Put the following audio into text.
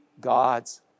God's